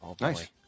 Nice